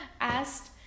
asked